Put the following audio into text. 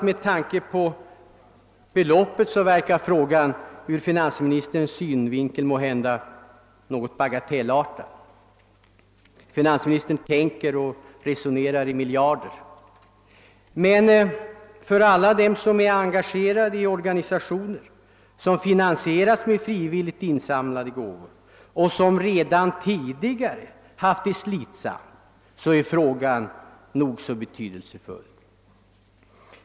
Med tanke på beloppet skulle jag tro att frågan ur finansministerns synvinkel verkar något bagatellartad — finansministern tänker och resonerar i miljarder — men för alla dem som är engagerade i organisationer, vilka finansieras med frivilligt insamlade gåvor och redan tidigare haft det slitsamt, är den nog så betydelsefull.